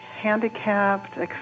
handicapped